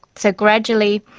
so gradually,